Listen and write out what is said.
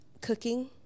cooking